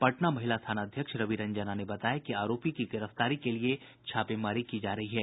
पटना महिला थाना अध्यक्ष रवि रंजना ने बताया कि आरोपी की गिरफ्तारी के लिए छापेमारी की जा रही है